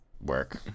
work